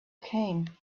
came